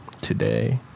today